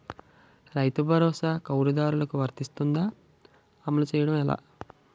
రైతు భరోసా కవులుదారులకు వర్తిస్తుందా? అమలు చేయడం ఎలా